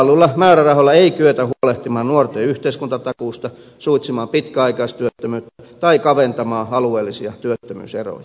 kaavailluilla määrärahoilla ei kyetä huolehtimaan nuorten yhteiskuntatakuusta suitsimaan pitkäaikaistyöttömyyttä tai kaventamaan alueellisia työttömyyseroja se on selvä